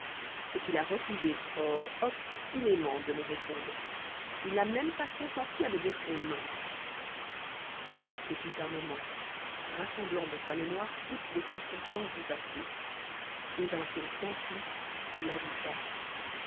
c'est qu'il a refusé oh obstinément de me répondre il n'a même pas consenti à me dire son nom il se tut un moment rassemblant dans sa mémoire toutes les circonstances du passé et d'un ton pensif il ajouta